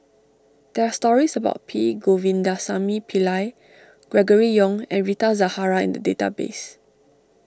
there are stories about P Govindasamy Pillai Gregory Yong and Rita Zahara in the database